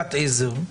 חקיקת עזר.